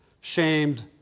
shamed